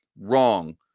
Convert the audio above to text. Wrong